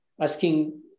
asking